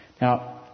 Now